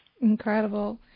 Incredible